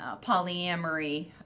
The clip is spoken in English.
polyamory